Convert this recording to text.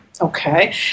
Okay